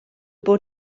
bod